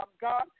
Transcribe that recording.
God